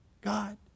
God